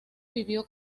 vivió